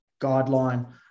guideline